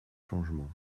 changement